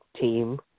team